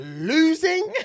losing